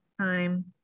time